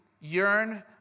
yearn